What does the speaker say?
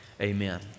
Amen